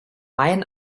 mayen